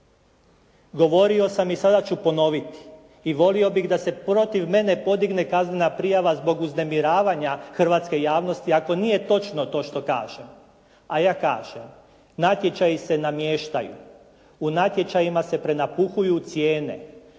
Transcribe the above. Govorio sam i sada ću ponoviti i volio bih da se protiv mene podigne kaznena prijava zbog uznemiravanja hrvatske javnosti ako nije točno to što kažem. A ja kažem: Natječaji se namještaju, u natječajima se prenapuhuju cijene,